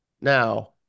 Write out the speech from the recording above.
now